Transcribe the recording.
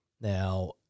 Now